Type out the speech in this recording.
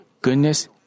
goodness